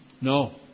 No